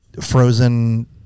frozen